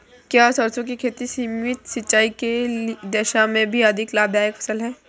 क्या सरसों की खेती सीमित सिंचाई की दशा में भी अधिक लाभदायक फसल है?